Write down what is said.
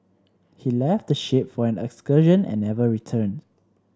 he left the ship for an excursion and never returned